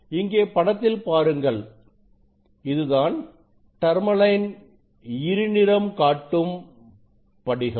இங்கே படத்தில் பாருங்கள் இதுதான் டர்மலைன் இருநிறம் காட்டும் படிகம்